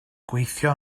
gweithio